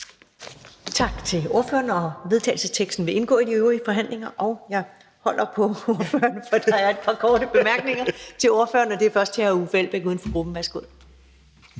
Tak til ordføreren. Vedtagelsesteksten vil indgå i de øvrige forhandlinger. Et Jeg holder på ordføreren, for der er et par korte bemærkninger til ordføreren, og først er det fra hr. Uffe Elbæk, uden for grupperne. Værsgo.